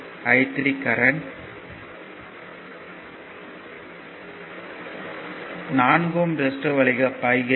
I3 current 4 ohm resistor வழியாக பாய்கிறது